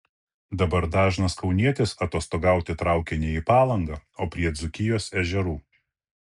dabar dažnas kaunietis atostogauti traukia ne į palangą o prie dzūkijos ežerų